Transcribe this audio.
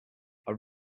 are